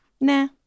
nah